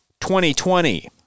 2020